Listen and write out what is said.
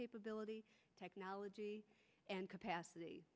capability technology and capacity